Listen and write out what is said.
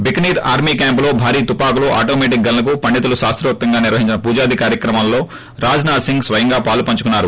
Bikaner army క్యాంప్లో భారీ తుపాకులు ఆటోమెటిక్ గన్నకు పండితులు శాన్తోక్తంగా నిర్వహించిన పూజాది కార్యక్రమములో రాజ్నాథ్ సింగ్ స్వయంగా పాలుపంచుకున్నారు